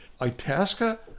Itasca